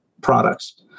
products